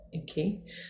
Okay